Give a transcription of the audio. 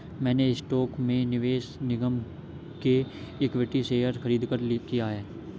मैंने स्टॉक में निवेश निगम के इक्विटी शेयर खरीदकर किया है